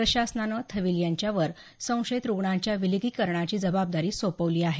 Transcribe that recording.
प्रशासनानं थविल यांच्यावर संशयित रुग्णांच्या विलगीकरणाची जबाबदारी सोपवली आहे